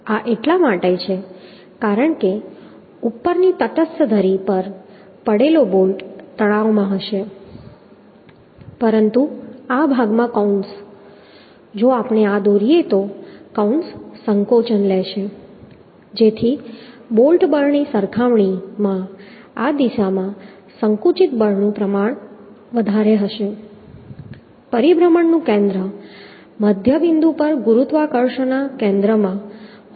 આ એટલા માટે છે કારણ કે ઉપરની તટસ્થ ધરી પર પડેલો બોલ્ટ તણાવમાં હશે પરંતુ આ ભાગમાં કૌંસ જો આપણે આ દોરીએ તો કૌંસ સંકોચન લેશે જેથી બોલ્ટ બળની સરખામણીમાં આ દિશામાં સંકુચિત બળનું પ્રમાણ વધારે હશે પરિભ્રમણનું કેન્દ્ર મધ્ય બિંદુ પર ગુરુત્વાકર્ષણના કેન્દ્રમાં હોઈ શકતું નથી